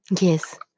Yes